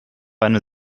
eine